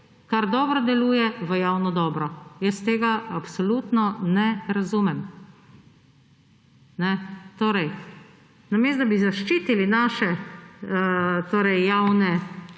kar dobro deluje v javno dobro. Jaz tega absolutno ne razumem. Namesto da bi zaščitili naše javne